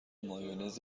مایونز